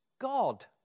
God